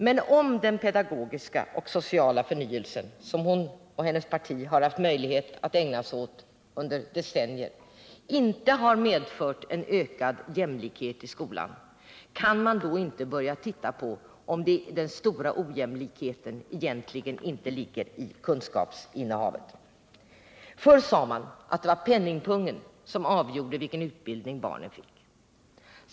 Men om den pedagogiska och sociala förnyelsen, som hon och hennes parti har haft möjlighet att ägna sig åt under decennier, inte har medfört en ökad jämlikhet i skolan, kan man inte då börja titta på om den stora ojämlikheten egentligen inte ligger i kunskapsinnehavet? Förr sade man att det var penningpungen som avgjorde vilken utbildning barnen fick.